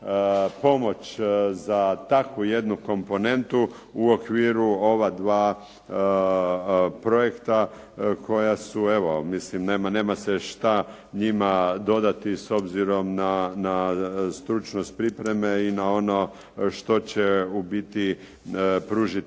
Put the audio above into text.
pomoć za takvu jednu komponentu u okviru ova dva projekta koja su, evo mislim nema se šta njima dodati s obzirom na stručnost pripreme i na ono što će u biti pružiti